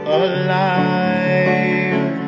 alive